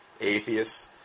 Atheists